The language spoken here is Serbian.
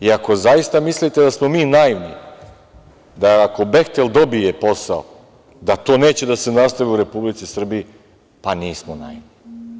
I ako zaista mislite da smo mi naivni, da ako "Behtel" dobije posao, da to neće da se nastavi u Republici Srbiji, pa nismo naivni.